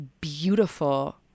beautiful